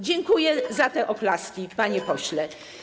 Dziękuję za te oklaski, panie pośle.